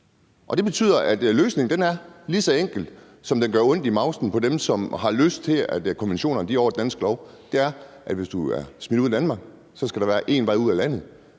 det betyder, at løsningen er lige så enkel, som den gør ondt i mavsen på dem, som har lyst til, at konventionerne står over dansk lov. Og løsningen er, at hvis du er smidt ud af Danmark, så skal der være én vej ud af landet,